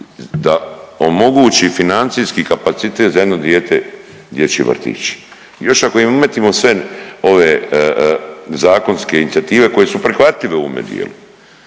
da omogući financijski kapacitet za jedno dijete dječji vrtić. Još ako im metnemo sve ove zakonske inicijative koje su prihvatljive u ovome dijelu,